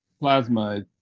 plasma